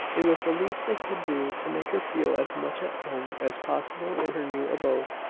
it was the least they could do to make her feel as much at home as possible in her new abode.